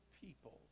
people